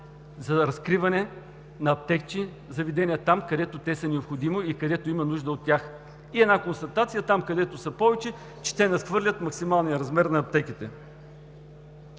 за разкриване на аптечни заведения там, където те са необходими и където има нужда от тях. И една констатация – там, където са повече, че те надхвърлят максималния размер на аптеките.